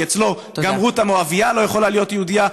כי אצלו גם רות המואבייה לא יכולה להיות יהודייה,